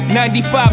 95